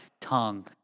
tongue